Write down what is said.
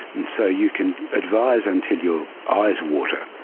and so you can advise until your eyes water.